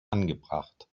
angebracht